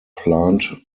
plant